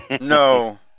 No